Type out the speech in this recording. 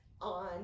on